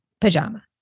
pajama